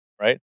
right